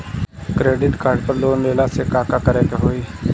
Credit card पर loan लेला से का का करे क होइ?